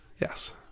Yes